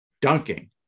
dunking